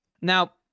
now